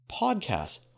podcasts